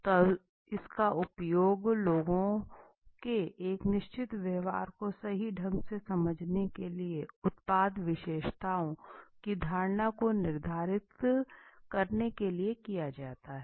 तो इसका उपयोग लोगों के एक निश्चित व्यवहार को सही ढंग से समझने के लिए उत्पाद विशेषताओं की धारणा को निर्धारित करने के लिए किया जाता है